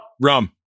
Rum